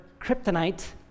kryptonite